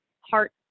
heart